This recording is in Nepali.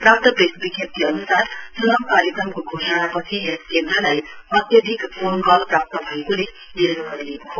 प्राप्त प्रेस विज्ञप्ती अनुसार चुनाउ कार्यक्रमको घोषणापछि यस केन्द्रलाई अत्यधिक फोन कल प्राप्त भइरहेकोले यसो गरिएको हो